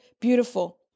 Beautiful